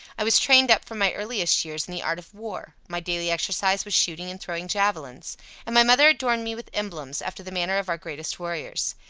i was trained up from my earliest years in the art of war my daily exercise was shooting and throwing javelins and my mother adorned me with emblems, after the manner of our greatest warriors.